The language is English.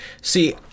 see